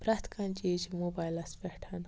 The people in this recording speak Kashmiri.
پرٛٮ۪تھ کانٛہہ چیٖز چھ موبایلَس پیٚٹھ